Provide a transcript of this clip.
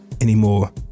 anymore